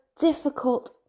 difficult